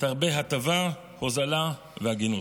תרבה הטבה, הוזלה והגינות.